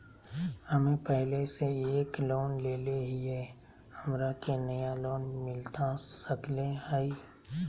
हमे पहले से एक लोन लेले हियई, हमरा के नया लोन मिलता सकले हई?